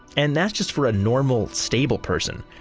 and that's just for a normal, stable person.